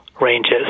ranges